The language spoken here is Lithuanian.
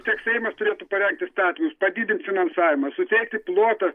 tiek seimas turėtų parengti įstatymus padidint finansavimą suteikti plotą